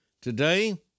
Today